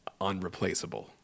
unreplaceable